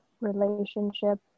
relationship